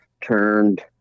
turned